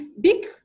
big